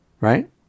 right